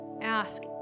ask